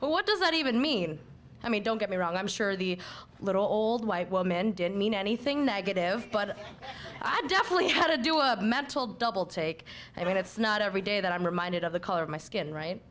but what does that even mean i mean don't get me wrong i'm sure the little old white woman didn't mean anything negative but i definitely had to do a mental double take i mean it's not every day that i'm reminded of the color of my skin right